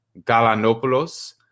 Galanopoulos